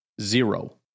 Zero